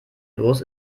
los